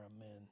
Amen